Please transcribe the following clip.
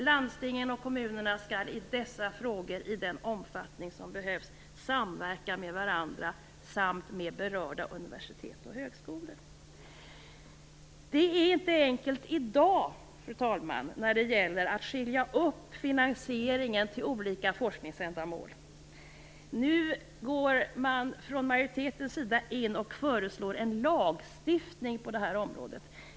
Landstingen och kommunerna skall i dessa frågor, i den omfattning som behövs, samverka med varandra samt med berörda universitet och högskolor." Det är i dag inte enkelt att dela upp finansieringen till olika forskningsändamål. Nu går majoriteten in och föreslår en lagstiftning på det här området.